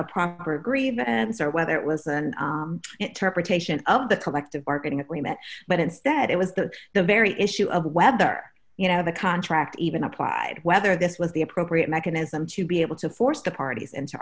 a proper agree the answer whether it was an interpretation of the collective bargaining agreement but instead it was that the very issue of whether you know the contract even applied whether this was the appropriate mechanism to be able to force the parties and to